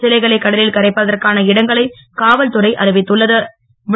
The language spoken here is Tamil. சிலைகளை கடலில் கரைப்பதற்கான இடங்களை காவல்துறை அறிவித்துள்ள து